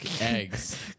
eggs